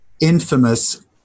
infamous